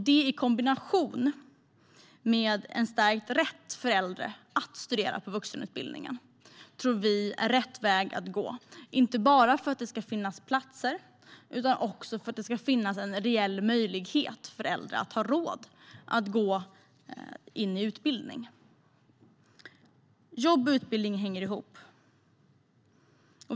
Detta i kombination med en stärkt rätt för äldre att få studera på vuxenutbildningen tror vi är rätt väg att gå, inte bara för att det ska finnas platser utan också för att det ska finnas en reell möjlighet för äldre att ha råd att utbilda sig. Jobb och utbildning hänger ihop.